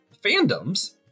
fandoms